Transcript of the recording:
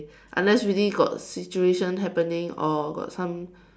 unless really got situation happening or got some